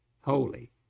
holy